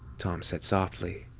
tom said softly.